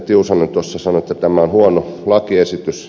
tiusanen sanoi että tämä on huono lakiesitys